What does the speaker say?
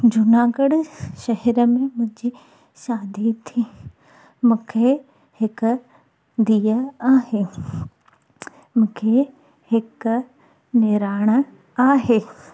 जूनागढ़ शहर में मुंहिंजी शादी थी मूंखे हिकु धीउ आहे मूंखे हिकु निणानु आहे